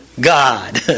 god